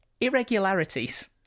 irregularities